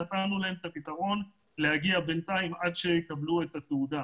נתנו להם את הפתרון להגיע בינתיים עד שיקבלו את התעודה.